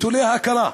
נטולי הכרה.